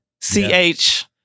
C-H-